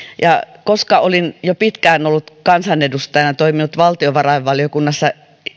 ja koska olin jo pitkään ollut kansanedustajana ja toiminut valtiovarainvaliokunnassa